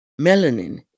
melanin